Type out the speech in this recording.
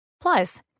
Plus